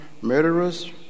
murderers